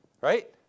right